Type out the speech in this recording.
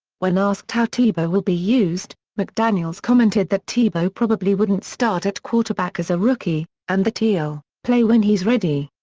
when asked how tebow will be used, mcdaniels commented that tebow probably wouldn't start at quarterback as a rookie, and that he'll, play when he's ready.